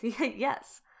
Yes